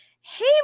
hey